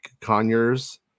Conyers